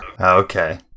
Okay